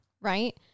right